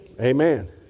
Amen